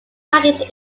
packaged